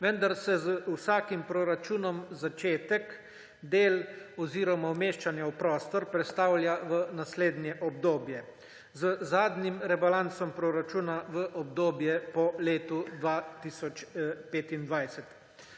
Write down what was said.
vendar se z vsakim proračunom začetek del oziroma umeščanja v prostor prestavlja v naslednje obdobje. Z zadnjim rebalansom proračuna v obdobje po letu 2025.